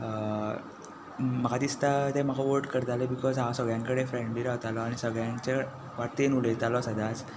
म्हाका दिसता ते म्हाका वॉट करताले बिकोज हांव सगळ्यां कडेन फ्रेंडली रावतालो आनी सगळ्यांच्या वाटेन उलयतालो सदांच